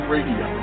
Radio